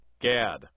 Gad